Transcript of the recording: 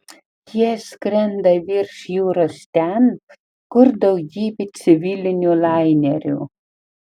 jie skrenda virš jūros ten kur daugybė civilinių lainerių